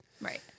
Right